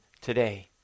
today